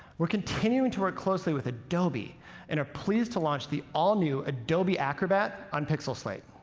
we're continuing to work closely with adobe and are pleased to launch the all-new adobe acrobat on pixel slate.